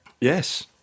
Yes